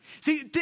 See